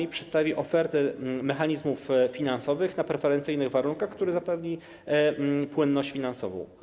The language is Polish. Bank przedstawi ofertę mechanizmów finansowych na preferencyjnych warunkach, które zapewnią im płynność finansową.